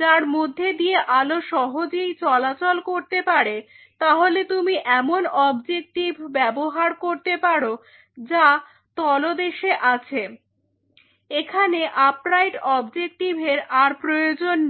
যার মধ্যে দিয়ে আলো সহজেই চলাচল করতে পারে তাহলে তুমি এমন অবজেকটিভ ব্যবহার করতে পারো যা তলদেশে আছে এখানে আপরাইট অবজেক্টিভ এর আর প্রয়োজন নেই